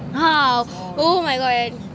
!wow! oh my god